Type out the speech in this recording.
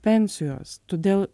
pensijos todėl